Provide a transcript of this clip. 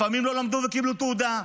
לפעמים לא למדו וקיבלו תעודה.